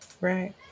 right